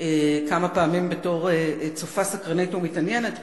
כמה פעמים בתור צופה סקרנית ומתעניינת,